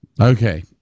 Okay